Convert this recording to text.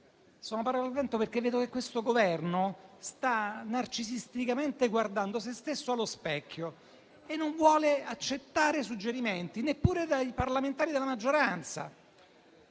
siano parole al vento, dal momento che questo Governo sta narcisisticamente guardando se stesso allo specchio e non vuole accettare suggerimenti, neppure dai parlamentari della maggioranza.